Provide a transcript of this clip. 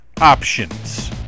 options